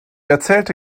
erzählte